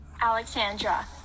Alexandra